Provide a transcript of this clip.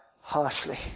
harshly